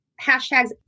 hashtags